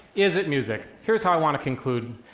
is it music? here's how i want to conclude.